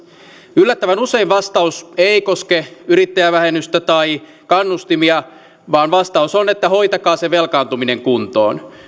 yllättävän usein vastaus ei koske yrittäjävähennystä tai kannustimia vaan vastaus on että hoitakaa se velkaantuminen kuntoon